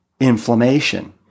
inflammation